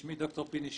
שמי ד"ר פיני שמעון,